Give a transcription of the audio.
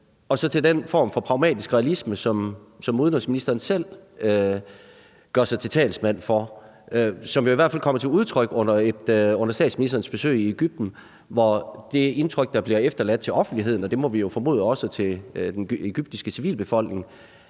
og så til den form for pragmatisk realisme, som udenrigsministeren selv gør sig til talsmand for. Den kom jo i hvert fald til udtryk under statsministerens besøg i Egypten, hvor det indtryk, der blev efterladt i offentligheden – og, må vi jo formode, også i den egyptiske civilbefolkning